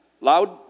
loud